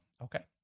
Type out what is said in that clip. Okay